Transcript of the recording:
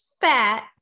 fat